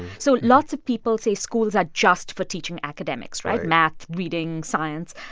so lots of people say schools are just for teaching academics right? math, reading, science.